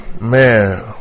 Man